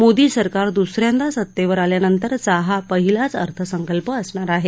मोदी सरकार दुस यांदा सत्तेवर आल्यानंतरचा हा पहिलाच अर्थसंकल्प असणार आहे